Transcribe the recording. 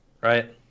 right